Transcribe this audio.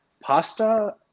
Pasta